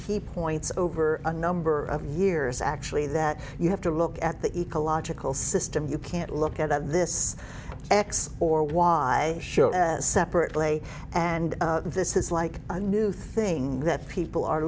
key points over a number of years actually that you have to look at the ecological system you can't look at this x or y show separately and this is like a new thing that people are